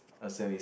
also is